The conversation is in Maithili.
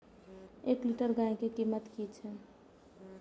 एक लीटर गाय के कीमत कि छै?